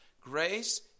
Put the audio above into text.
Grace